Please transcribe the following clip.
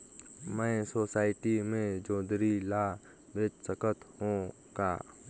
मैं सोसायटी मे जोंदरी ला बेच सकत हो का?